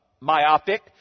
myopic